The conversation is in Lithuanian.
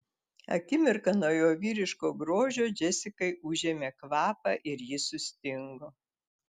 akimirką nuo jo vyriško grožio džesikai užėmė kvapą ir ji sustingo